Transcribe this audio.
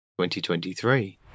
2023